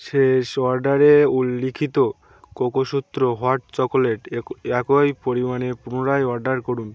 শেষ অর্ডারে উল্লিখিত কোকোসূত্র হট চকোলেট এক একই পরিমাণে পুনরায় অর্ডার করুন